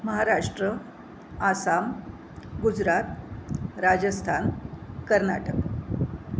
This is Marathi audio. महाराष्ट्र आसाम गुजरात राजस्थान कर्नाटक